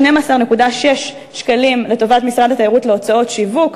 112.6 מיליון שקלים לטובת משרד התיירות להוצאות שיווק,